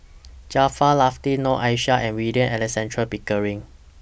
Jaafar Latiff Noor Aishah and William Alexander Pickering